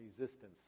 resistance